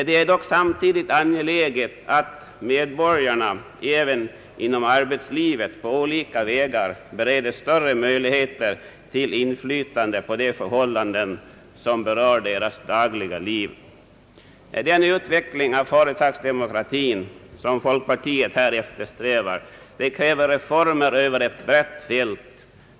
Det är dock samtidigt angeläget att medborgarna även inom arbetslivet på olika vägar bereds större möjligheter till inflytande på de förhållanden som berör deras dagliga liv. Den utveckling av företagsdemokratin som folkpartiet här eftersträvar kräver reformer över ett brett fält.